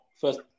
first